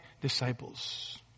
disciples